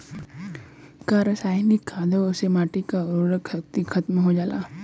का रसायनिक खादों से माटी क उर्वरा शक्ति खतम हो जाला?